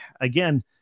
again